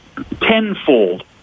tenfold